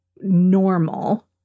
normal